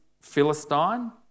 Philistine